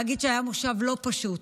ולהגיד שהיה מושב לא פשוט.